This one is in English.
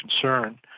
concern